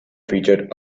featured